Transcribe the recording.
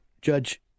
Judge